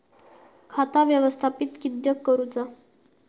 खाता व्यवस्थापित किद्यक करुचा?